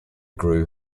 grew